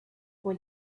when